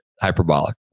hyperbolic